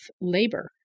labor